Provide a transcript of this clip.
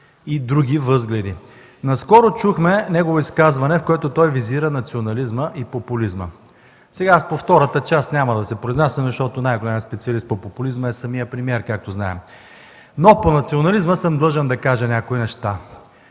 и други възгледи. Наскоро чухме негово изказване, в което той визира национализма и популизма. По втората част няма да се произнасям, защото най-големият специалист по популизма е самият премиер, както знаем, но по национализма съм длъжен да кажа някои неща.